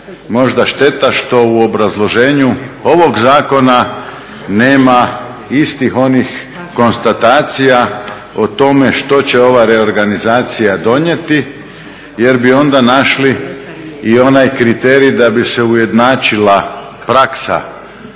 možda šteta što u obrazloženju ovog zakona nema istih onih konstatacija o tome što će ova reorganizacija donijeti, jer bi onda našli i onaj kriterij da bi se ujednačila praksa